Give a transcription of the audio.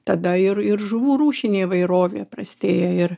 tada ir ir žuvų rūšinė įvairovė prastėja ir